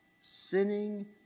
Sinning